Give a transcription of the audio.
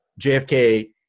JFK